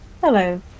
Hello